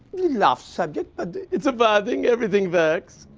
love subject, but it's a but wedding, everything works.